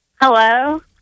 Hello